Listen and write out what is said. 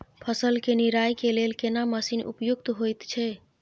फसल के निराई के लेल केना मसीन उपयुक्त होयत छै?